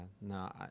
No